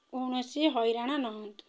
କୌଣସି ହଇରାଣ ନ ହୁଅନ୍ତୁ